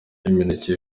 imineke